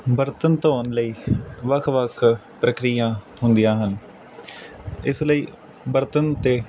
ਬਰਤਨ ਧੋਣ ਲਈ ਵੱਖ ਵੱਖ ਪ੍ਰਕਿਰਆ ਹੁੰਦੀਆਂ ਹਨ ਇਸ ਲਈ ਬਰਤਨ 'ਤੇ